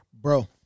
Bro